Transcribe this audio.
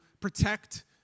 protect